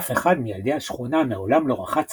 אף אחד מילדי השכונה מעולם לא רחץ